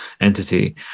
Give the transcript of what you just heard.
entity